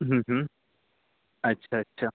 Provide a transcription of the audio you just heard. अच्छा अच्छा